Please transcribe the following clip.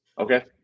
Okay